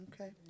Okay